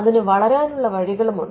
അതിന് വളരാനുള്ള വഴികളുണ്ട്